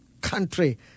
country